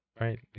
Right